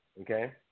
Okay